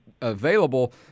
available